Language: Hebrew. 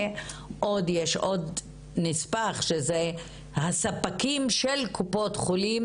ויש עוד נספח שזה הספקים של קופות חולים,